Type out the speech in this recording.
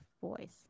voice